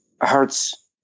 hurts